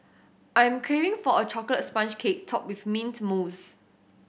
I'm craving for a chocolate sponge cake topped with mint mousse